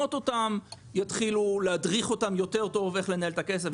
שמממנות אותן יתחילו להדריך אותן יותר טוב איך לנהל את הכסף.